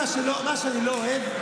מה שאני לא אוהב,